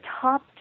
top